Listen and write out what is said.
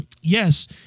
Yes